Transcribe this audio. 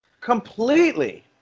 Completely